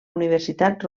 universitat